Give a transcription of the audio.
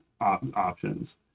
options